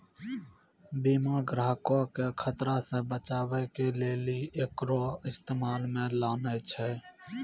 बीमा ग्राहको के खतरा से बचाबै के लेली एकरो इस्तेमाल मे लानै छै